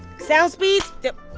sounds speeds. yup.